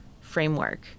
framework